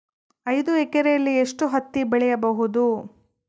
ಐದು ಎಕರೆಯಲ್ಲಿ ಎಷ್ಟು ಹತ್ತಿ ಬೆಳೆಯಬಹುದು?